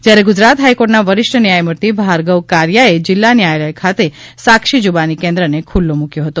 જ્યારે ગુજરાત હાઇકોર્ટના વરિષ્ઠ ન્યાયમૂર્તિ ભાર્ગવ કારીયાએ જીલ્લા ન્યાયાલય ખાતે સાક્ષી જૂબાની કેન્દ્રને ખુલ્લો મુક્યો હતો